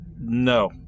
No